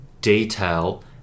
detail